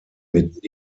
mit